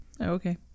Okay